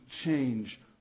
change